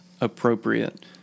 appropriate